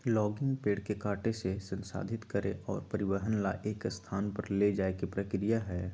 logging पेड़ के काटे से, संसाधित करे और परिवहन ला एक स्थान पर ले जाये के प्रक्रिया हई